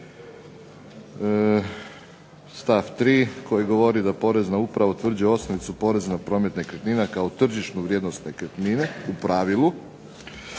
stav 3. koji govori da Porezna uprava utvrđuje osnovicu poreza na promet nekretnina kao tržišnu vrijednost nekretnine u pravilu